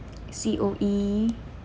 C_O_E